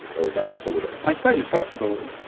or would that pollute it? i suppose it's possible.